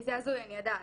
זה הזוי, אני יודעת.